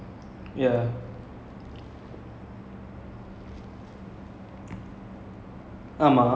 their method of cooking itself is different you know the the dum biryani the method because you know the dum னு வருது:nu varuthu